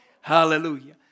hallelujah